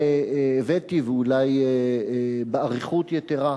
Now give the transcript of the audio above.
שהבאתי, ואולי באריכות יתירה,